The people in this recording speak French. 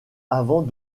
avant